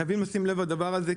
חייבים לשים לב לדבר הזה,